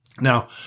Now